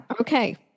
Okay